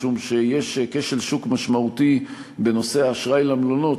משום שיש כשל שוק משמעותי בנושא האשראי למלונות,